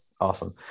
awesome